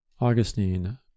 Augustine